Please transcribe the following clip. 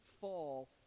fall